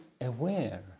aware